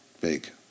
big